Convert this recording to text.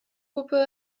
puppe